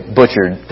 butchered